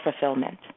fulfillment